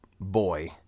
boy